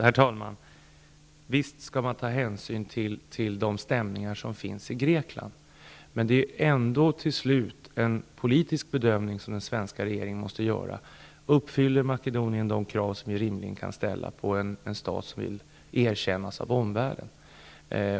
Herr talman! Visst skall man ta hänsyn till de stämningar som finns i Grekland, men det är ju ändå till slut en politisk bedömning som den svenska regeringen måste göra. Uppfyller Makedonien de krav som vi rimligen kan ställa på en stat som vill erkännas av omvärlden?